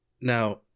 now